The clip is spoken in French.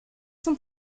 sont